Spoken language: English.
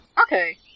Okay